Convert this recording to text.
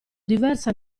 diversa